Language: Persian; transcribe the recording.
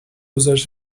گزارش